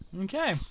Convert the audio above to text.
Okay